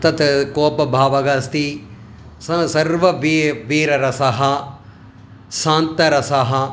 तत् कोपभावः अस्ति स सर्व बी वीररसः शान्तरसः